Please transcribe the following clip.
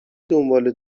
دنباله